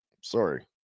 sorry